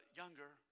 younger